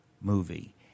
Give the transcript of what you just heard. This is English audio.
movie